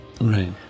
Right